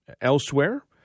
elsewhere